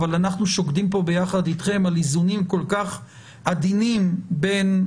אבל אנחנו שוקדים פה ביחד אתכם על איזונים כל כך עדינים בין,